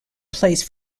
place